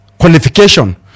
qualification